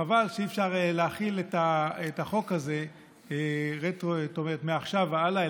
חבל שאי-אפשר להחיל את החוק הזה מעכשיו והלאה,